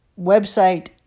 website